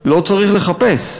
לא צריך לחפש.